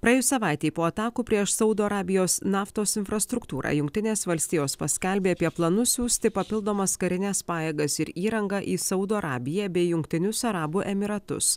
praėjus savaitei po atakų prieš saudo arabijos naftos infrastruktūrą jungtinės valstijos paskelbė apie planus siųsti papildomas karines pajėgas ir įrangą į saudo arabiją bei jungtinius arabų emyratus